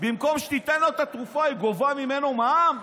במקום שהיא תיתן לו את התרופה היא גובה ממנו מע"מ?